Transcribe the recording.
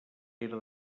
era